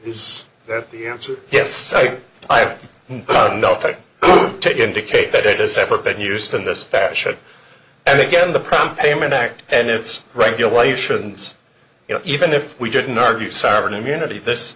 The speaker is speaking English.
is the answer yes i have nothing to indicate that it has ever been used in this fashion and again the prime payment act and its regulations you know even if we didn't argue sovereign immunity this